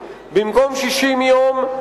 במקום 60 יום,